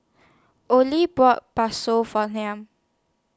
Ollie bought Bakso For Mal